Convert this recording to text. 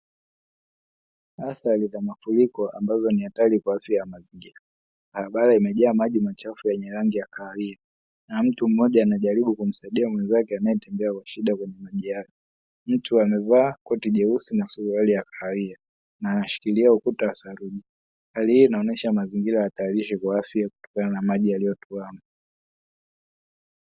Athari za mafuriko ambazo ni hatari kwa afya ya mazingira. Barabara imejaa maji machafu yenye rangi ya kahawia, na mtu mmoja anajaribu kumsaidia mwenzake anayetembea kwa shida kwenye maji. Mtu amevaa koti jeusi na suruali ya kahawia, na anashikilia ukuta saruji; hali hii inaonyesha mazingira hatarishi kwa afya kutokana na maji yaliyotuama.